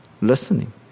listening